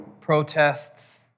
protests